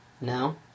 No